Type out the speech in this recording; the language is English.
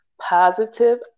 positive